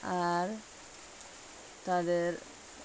আর তাদের